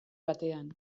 batean